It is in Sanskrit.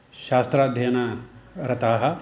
शास्त्राध्ययनरताः